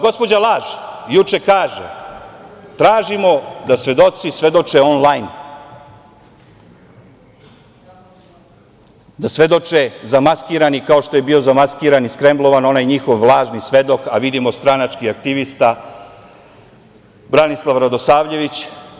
Gospođa laž juče kaže – tražimo da svedoci svedoče onlajn, da svedoče zamaskirani kao što je bio zamaskiran i skremblovan onaj njihov lažni svedok, a vidimo, stranački aktivista Branislav Radosavljević.